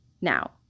now